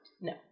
No